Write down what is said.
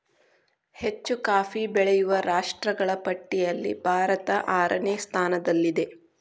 ಹೆಚ್ಚು ಕಾಫಿ ಬೆಳೆಯುವ ರಾಷ್ಟ್ರಗಳ ಪಟ್ಟಿಯಲ್ಲಿ ಭಾರತ ಆರನೇ ಸ್ಥಾನದಲ್ಲಿದೆ